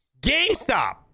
GameStop